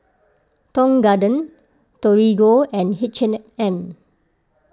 Tong Garden Torigo and H and M